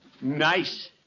nice